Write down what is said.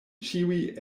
ĉiuj